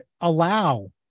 allow